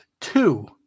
two